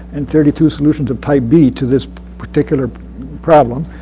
and thirty two solutions of type b, to this particular problem.